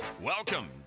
Welcome